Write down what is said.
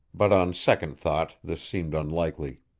but on second thought this seemed unlikely.